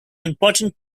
important